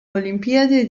olimpiadi